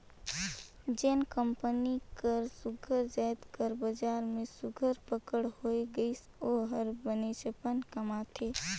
जेन कंपनी कर सुग्घर जाएत कर बजार में सुघर पकड़ होए गइस ओ हर बनेचपन कमाथे